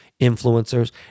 influencers